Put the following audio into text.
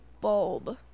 Bulb